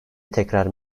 tekrar